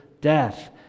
death